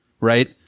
Right